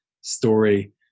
story